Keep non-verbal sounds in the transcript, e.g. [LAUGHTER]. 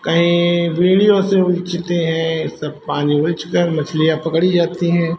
कहीं [UNINTELLIGIBLE] से उलीचते हैं सब पानी उलीचकर मछलियाँ पकड़ी जाती हैं